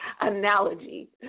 analogy